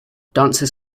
dancers